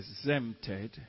exempted